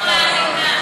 חבר הכנסת עיסאווי פריג'.